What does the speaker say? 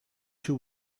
two